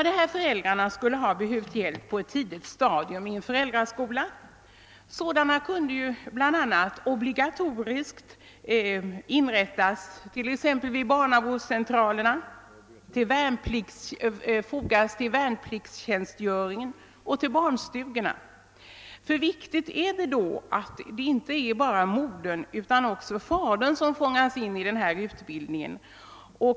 De här föräldrarna skulle ha behövt hjälp på ett tidigare stadium i en föräldraskola. Sådana kunde bl.a. knytas obligatoriskt till barnavårdscentralerna, fogas till värnpliktstjänstgöringen och barnstugorna. Viktigt är det nämligen att inte bara modern utan också fadern fångas in i denna utbildning.